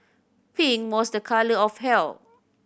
pink was a colour of health